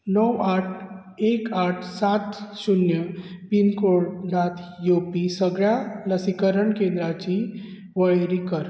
णव आठ एक आठ सात शुन्य पिनकोडांत येवपी सगळ्या लसीकरण केंद्रांची वळेरी कर